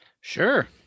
Sure